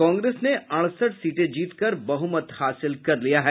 कांग्रेस ने अड़सठ सीटें जीतकर बहुमत हासिल कर लिया है